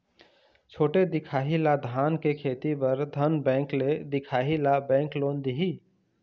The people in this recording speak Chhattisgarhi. छोटे दिखाही ला धान के खेती बर धन बैंक ले दिखाही ला बैंक लोन दिही?